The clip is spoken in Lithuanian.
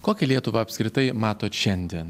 kokią lietuvą apskritai matot šiandien